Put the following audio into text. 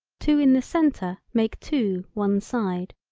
two in the centre make two one side.